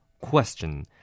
Question